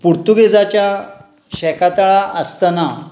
पुर्तुगेजाच्या शेकातळा आसतना